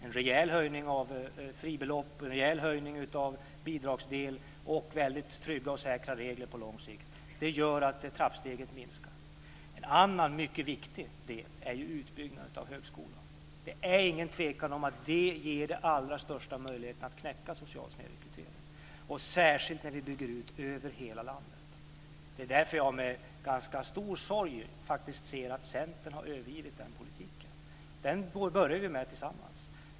En rejäl höjning av fribeloppet, en rejäl höjning av bidragsdelen och mycket trygga och säkra regler på lång sikt gör att trappsteget minskar. En annan mycket viktig del är ju utbyggnaden av högskolan. Det är ingen tvekan om att en sådan ger den allra största möjligheten att knäcka social snedrekrytering och särskilt när vi bygger ut högskolan över hela landet. Det är därför som jag med ganska stor sorg faktiskt ser att Centern har övergett den politiken. Den påbörjade vi tillsammans.